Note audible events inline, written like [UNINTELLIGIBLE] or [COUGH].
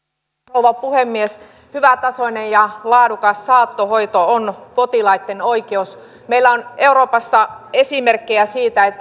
rouva puhemies hyvätasoinen ja laadukas saattohoito on potilaitten oikeus meillä on euroopassa esimerkkejä siitä [UNINTELLIGIBLE]